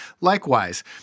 Likewise